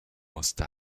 musste